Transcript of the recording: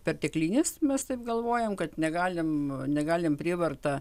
perteklinis mes taip galvojam kad negalim negalim prievarta